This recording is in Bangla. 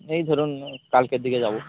এই ধরুন কালকের দিকে যাবো